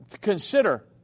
consider